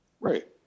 Right